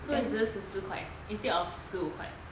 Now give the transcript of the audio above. so it's just 十四块 instead of 十五块